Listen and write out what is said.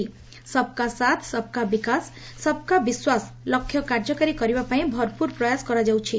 'ସବକା ସାଥ ସବକା ବିକାଶ ସବକା ବିଶ୍ୱାସ' ଲକ୍ଷ୍ୟକାର୍ଯ୍ୟକାରୀ କରିବା ପାଇଁ ଭରପୂର ପ୍ରୟାସ କରାଯାଉଛି